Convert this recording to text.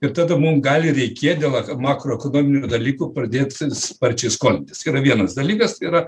ir tada mum gali reikėt dėl e makroekonominių dalykų pradėt sparčiai skolintis yra vienas dalykas yra